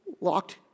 locked